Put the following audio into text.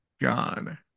gone